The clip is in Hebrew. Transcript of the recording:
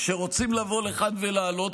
שרוצים לבוא לכאן ולעלות,